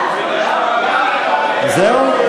זהו?